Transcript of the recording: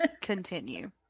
continue